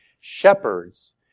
shepherds